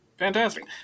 Fantastic